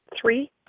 Three